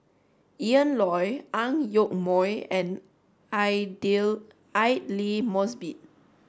Ian Loy Ang Yoke Mooi and Aidli Mosbit